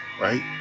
right